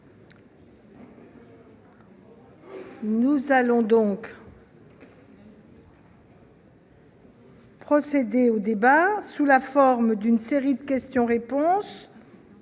Nous allons procéder au débat sous la forme d'une série de questions-réponses